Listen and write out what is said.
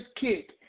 kick